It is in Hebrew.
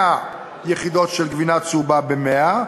והנה הם מגיעים,